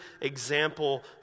example